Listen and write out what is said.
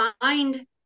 find